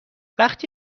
وقتی